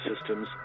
systems